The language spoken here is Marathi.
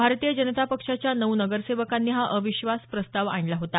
भारतीय जनता पक्षाच्या नऊ नगरसेवकांनी हा अविश्वास प्रस्ताव आणला होता